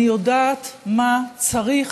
אני יודעת מה צריך